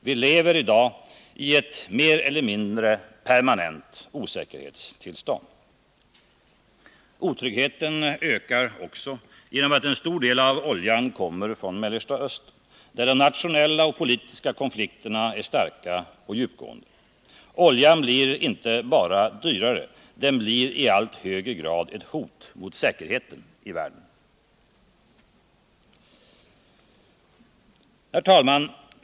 Vi lever i dag i ett mer eller mindre permanent osäkerhetstillstånd. Otryggheten ökar också på grund av att en stor del av oljan kommer från Mellersta Östern, där de nationella och politiska konflikterna är starka och djupgående. Oljan blir inte bara dyrare, den blir i allt högre grad ett hot mot säkerheten i världen. Herr talman!